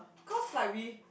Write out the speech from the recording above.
cause like we